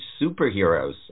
superheroes